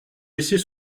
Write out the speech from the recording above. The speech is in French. laisser